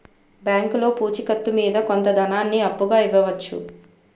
బ్యాంకులో పూచి కత్తు మీద కొంత ధనాన్ని అప్పుగా ఇవ్వవచ్చు